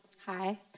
Hi